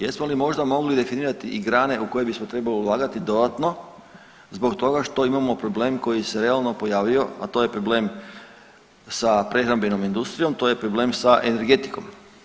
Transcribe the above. Jesmo li možda mogli definirati i grane u koje bismo trebali ulagati dodatno zbog toga što imamo problem koji se realno pojavio, a to je problem sa prehrambenom industrijom, to je problem sa energetikom.